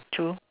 true